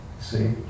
see